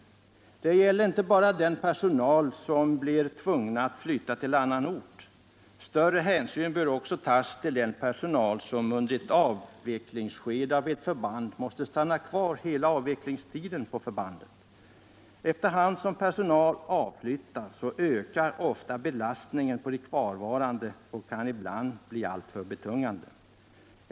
Största hänsyn måste tas inte bara till den personal som blivit tvungen att flytta till annan ort utan också till den personal som under ett avvecklingsskede måste stanna kvar på förbandet hela avvecklingstiden. Efter hand som personal avflyttar ökar ofta belastningen på de kvarvarande och kan ibland bli alltför betungande.